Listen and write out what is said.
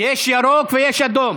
יש ירוק ויש אדום.